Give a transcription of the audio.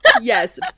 Yes